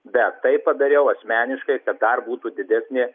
bet tai padariau asmeniškai kad dar būtų didesnė